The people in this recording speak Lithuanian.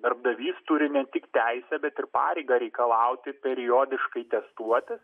darbdavys turi ne tik teisę bet ir pareigą reikalauti periodiškai testuotis